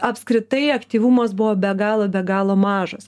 apskritai aktyvumas buvo be galo be galo mažas